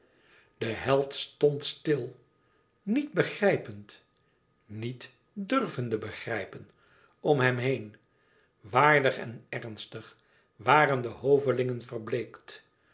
de held stond stil niet begrijpend niet durvende begrijpen om hem heen waardig en ernstig waren de hovelingen verbleekt